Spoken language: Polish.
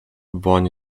woń